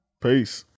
Peace